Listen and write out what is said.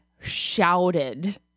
shouted